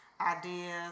ideas